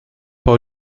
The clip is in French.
par